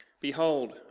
Behold